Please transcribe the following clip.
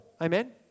Amen